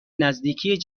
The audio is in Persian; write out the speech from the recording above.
نزدیکی